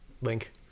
link